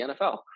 NFL